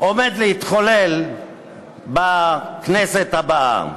עומד להתחולל בכנסת הבאה.